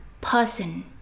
person